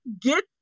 get